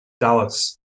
Dallas